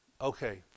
Okay